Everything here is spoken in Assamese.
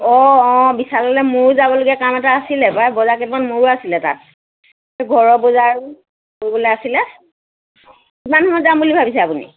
অঁ অঁ বিশাললৈ মোৰো যাবলগীয়া কাম এটা আছিলে পাই বজাৰ কেইটামান মোৰো আছিলে তাত ঘৰৰ বজাৰ কৰিবলৈ আছিলে কিমান সময়ত যাম বুলি ভাবিছে আপুনি